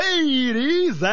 Ladies